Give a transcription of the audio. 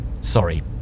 Sorry